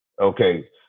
okay